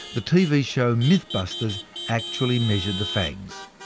the tv show mythbusters actually measured the fangs.